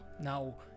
Now